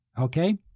okay